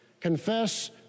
confess